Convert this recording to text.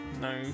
No